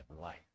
life